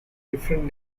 different